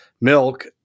milk